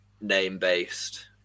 name-based